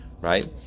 right